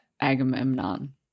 Agamemnon